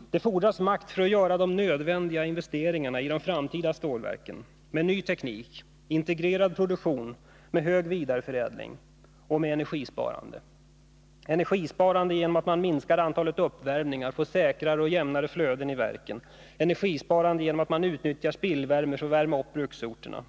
det. Det fordras makt för att göra de nödvändiga investeringarna i de framtida stålverken med ny teknik, integrerad produktion med hög vidareförädling och med energisparande. Energi kan sparas genom att man minskar antalet uppvärmningar, får säkrare och jämnare flöden i verken och utnyttjar spillvärme för att värma upp bruksorterna.